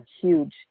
huge